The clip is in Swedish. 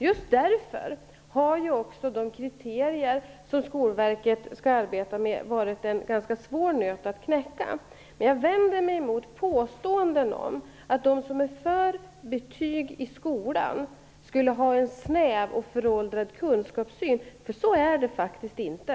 Just därför har också de kriterier som Skolverket skall arbeta med varit en ganska svår nöt att knäcka. Jag vänder mig emot påståendena om att de som är för betyg i skolan skulle ha en snäv och föråldrad kunskapssyn. Så är det faktiskt inte.